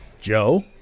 Joe